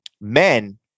Men